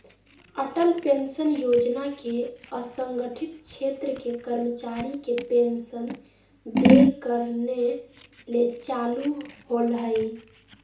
Atal pension योजना के असंगठित क्षेत्र के कर्मचारी के पेंशन देय करने ले चालू होल्हइ